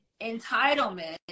entitlement